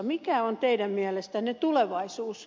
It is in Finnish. mikä on teidän mielestänne tulevaisuus